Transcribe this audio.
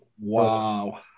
wow